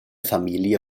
familie